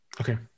Okay